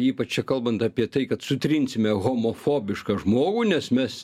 ypač čia kalbant apie tai kad sutrinsime homofobišką žmogų nes mes